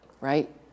right